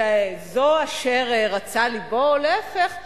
שזו אשר רצה לבו, או להיפך,